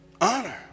Honor